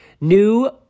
new